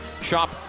Shop